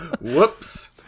whoops